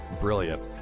brilliant